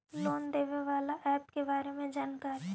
Loan देने बाला app के बारे मे जानकारी?